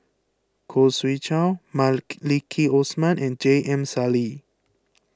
Khoo Swee Chiow Osman and J M Sali